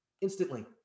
instantly